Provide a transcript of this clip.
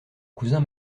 cousin